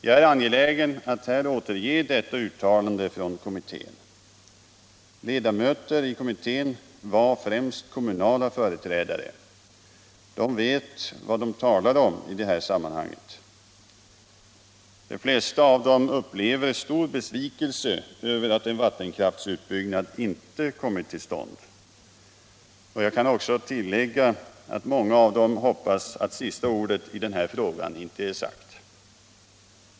Jag är angelägen att här återge detta uttalande från kommittén. Ledamöter i kommittén var främst kommunala företrädare. De vet vad de talar om i det här sammanhanget. De flesta av dem upplever stor besvikelse över att en vattenkraftsutbyggnad inte kommit till stånd. Jag kan också tillägga att många av dem hoppas att sista ordet i denna fråga inte är sagt.